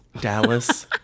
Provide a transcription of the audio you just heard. Dallas